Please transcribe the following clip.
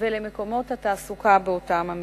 ולמקומות התעסוקה באותם המפעלים.